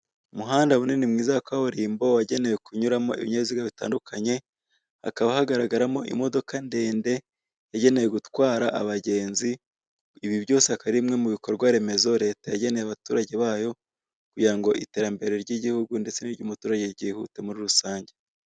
Umuhanda munini mwiza wa kaburimbo wagenewe kunyuramo ibinyabiziga bitandukanye hakaba hagaragaramo imodoka ndende igenewe gutwara abagenzi. Ibi byose akaba ari bimwe mu bikorwwa remezo, leta yageneye abaturage bayo kugira ngo iterambere ryihute muri rusange.